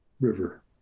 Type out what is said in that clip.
river